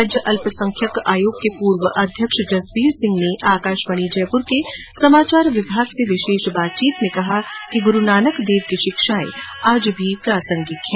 राज्य अल्पसंख्यक आयोग के पूर्व अध्यक्ष जसबीर सिंह ने आकाशवाणी जयपुर के समाचार विभाग से विशेष बातचीत में कहा कि गुरूनानक देव की शिक्षाएं आज भी प्रासंगिक है